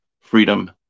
freedom